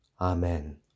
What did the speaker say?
Amen